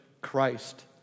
Christ